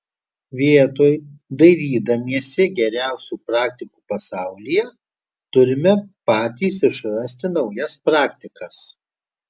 vietoj dairydamiesi geriausių praktikų pasaulyje turite patys išrasti naujas praktikas